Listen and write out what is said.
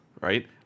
right